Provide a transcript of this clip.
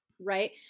Right